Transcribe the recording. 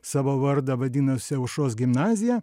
savo vardą vadinosi aušros gimnazija